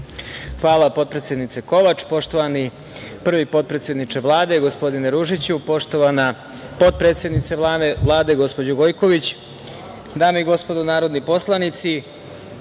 Hvala potpredsednice Kovač. Poštovani prvi potpredsedničke Vlade gospodine Ružiću, poštovana potpredsednice Vlade gospođo Gojković, dame i gospodo narodni poslanici,